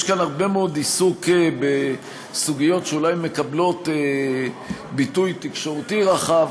יש כאן הרבה מאוד עיסוק בסוגיות שאולי מקבלות ביטוי תקשורתי רחב,